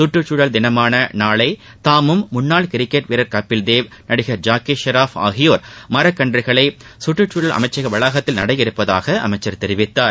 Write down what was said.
கற்றுக்சூழல் தினமான நாளை தாமும் முன்னாள் கிரிக்கெட் வீரர் கபில்தேவ் நடிகர் ஜாக்கி ஷெராப் ஆகியோர் மரக்கன்றுகளை சுற்றுகுழல் அமைச்சக வளாகத்தில் நட இருப்பதாக அமைச்சர் தெரிவித்தார்